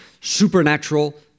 supernatural